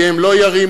כי הם לא ירימו.